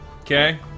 Okay